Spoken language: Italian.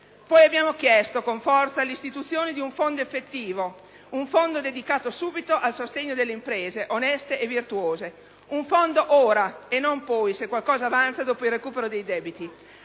Abbiamo chiesto, inoltre, con forza l'istituzione di un fondo effettivo, dedicato subito al sostegno delle imprese oneste e virtuose, un fondo ora e non poi, se qualcosa avanza dopo il recupero dei debiti.